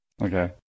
Okay